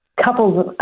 Couples